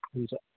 हुन्छ